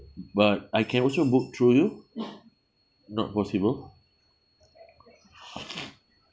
but I can also book through you not possible